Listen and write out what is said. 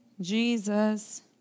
Jesus